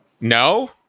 No